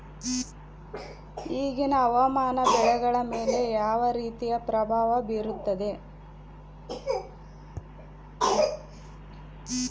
ಇವಾಗಿನ ಹವಾಮಾನ ಬೆಳೆಗಳ ಮೇಲೆ ಯಾವ ರೇತಿ ಪ್ರಭಾವ ಬೇರುತ್ತದೆ?